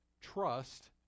trust